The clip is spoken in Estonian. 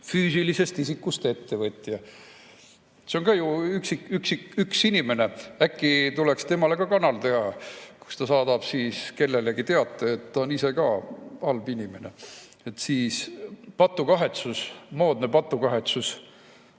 füüsilisest isikust ettevõtja. See on ka ju üks inimene. Äkki tuleks temale ka kanal teha, mille kaudu ta saadab kellelegi teate, et ta on ise ka halb inimene? Patukahetsus, moodne patukahetsus,